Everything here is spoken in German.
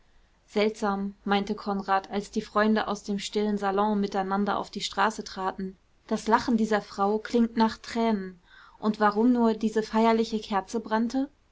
seltsam meinte konrad als die freunde aus dem stillen salon miteinander auf die straße traten das lachen dieser frau klingt nach tränen und warum nur diese feierliche kerze brannte